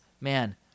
man